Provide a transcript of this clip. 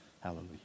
Hallelujah